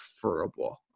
preferable